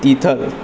Tithal